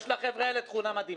יש לחבר'ה האלה תכונה מדהימה: